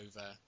over